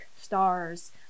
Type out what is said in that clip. stars